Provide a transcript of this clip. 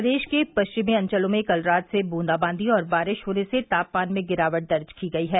प्रदेश के पश्चिमी अंचलों में कल रात से बूंदाबांदी और बारिश होने से तापमान में गिरावट दर्ज की गयी है